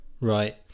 right